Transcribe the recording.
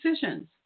decisions